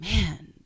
Man